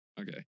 Okay